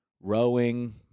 rowing